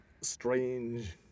strange